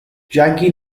jackie